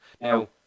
Now